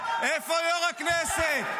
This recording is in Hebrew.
איפה יו"ר הכנסת?